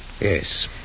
Yes